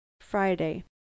Friday